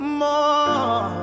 more